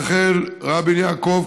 רחל רבין יעקב,